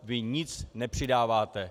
Vy nic nepřidáváte.